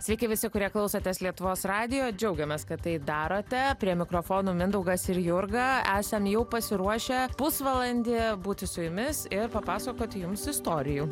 sveiki visi kurie klausotės lietuvos radijo džiaugiamės kad tai darote prie mikrofonų mindaugas ir jurga esam jau pasiruošę pusvalandį būti su jumis ir papasakoti jums istorijų